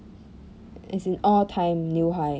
as in all time new high